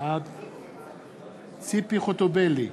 בעד ציפי חוטובלי,